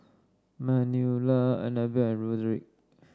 Manuela Annabell and Roderic